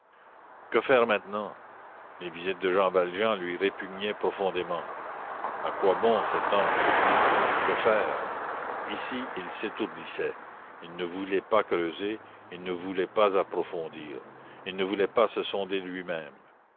que faire maintenant les visites de jean valjean lui répugnaient profondément à quoi bon cet homme chez lui que faire ici il s'étourdissait il ne voulait pas creuser il ne voulait pas approfondir il ne voulait pas se sonder lui-même